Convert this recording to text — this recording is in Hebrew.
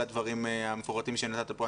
על הדברים המפורטים שנתת פה.